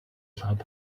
club